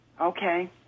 Okay